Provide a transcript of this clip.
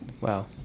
Wow